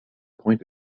point